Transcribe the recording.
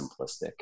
simplistic